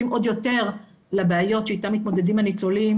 לבעיות שאיתם מתמודדים הניצולים.